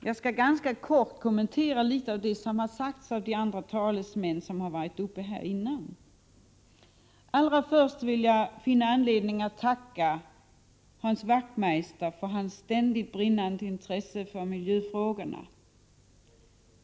Jag skall därefter ganska kort kommentera något av det som sagts av tidigare talare i debatten. Allra först finner jag då anledning att tacka Hans Wachtmeister för hans ständigt brinnande intresse för miljöfrågorna.